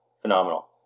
Phenomenal